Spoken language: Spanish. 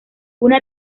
una